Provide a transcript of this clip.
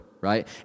right